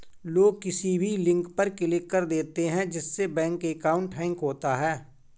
लोग किसी भी लिंक पर क्लिक कर देते है जिससे बैंक अकाउंट हैक होता है